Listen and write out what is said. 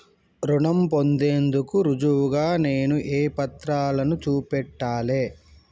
రుణం పొందేందుకు రుజువుగా నేను ఏ పత్రాలను చూపెట్టాలె?